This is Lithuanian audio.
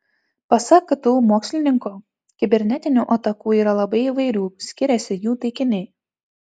pasak ktu mokslininko kibernetinių atakų yra labai įvairių skiriasi jų taikiniai